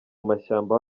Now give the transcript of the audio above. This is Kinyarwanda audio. mashyamba